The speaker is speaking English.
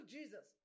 Jesus